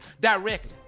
directly